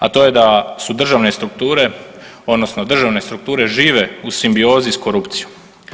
A to je da su državne strukture, odnosno državne strukture žive u simbiozi s korupcijom.